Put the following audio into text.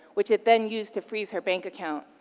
which it then used to freeze her bank account.